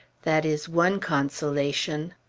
that is one consolation.